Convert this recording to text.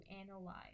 analyze